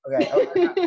okay